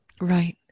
Right